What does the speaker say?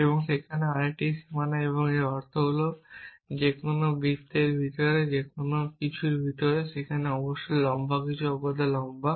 এবং এখানে আরেকটি সীমানা এবং এর অর্থ হল যে কোনও বৃত্তের ভিতরে যে কোনও কিছুর ভিতরে যে কেউ অবশ্যই লম্বা অগত্যা লম্বা